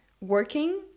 working